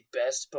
best